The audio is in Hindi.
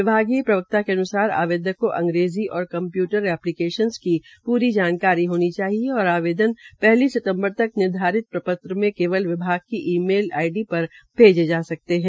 विभाग के प्रवक्ता के अन्सार आवेदक को अंग्रेजी और कम्प्यूटर ऐप्लीकेशन की प्रारी जानकारी होनी चाहिए और आवेदन पहली सितम्बर तक निर्धारित प्रपत्र में केवल विभाग की ई मेल आईडी पर भेज सकते है